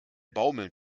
baumeln